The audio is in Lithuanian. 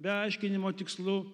be aiškinimo tikslų